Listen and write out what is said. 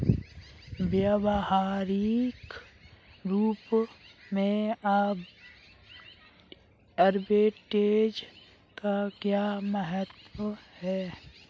व्यवहारिक रूप में आर्बिट्रेज का क्या महत्व है?